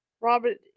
Robert